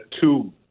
two